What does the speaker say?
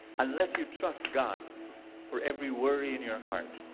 unless you trust god for every worry in your heart,